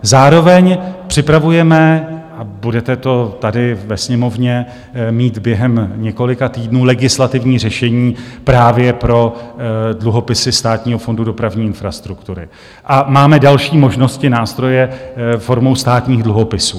Zároveň připravujeme a budete to tady ve Sněmovně mít během několika týdnů legislativní řešení právě pro dluhopisy Státního fondu dopravní infrastruktury a máme další možnosti a nástroje formou státních dluhopisů.